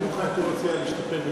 אני מבחינתי מציע להסתפק בתשובתי.